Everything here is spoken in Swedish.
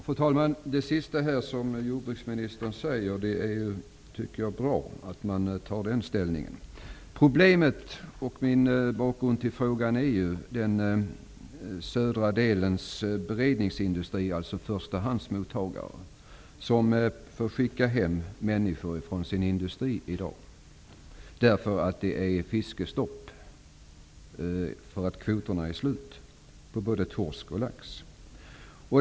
Fru talman! Det sista jordbruksministern säger i svaret tycker jag är bra. Problemet, och bakgrunden till min fråga, är situationen för förstahandsmottagarna, som får skicka hem människor från sin industri därför att det är fiskestopp. Kvoterna är slut på både torsk och lax.